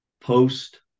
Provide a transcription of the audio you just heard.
post